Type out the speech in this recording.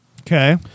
Okay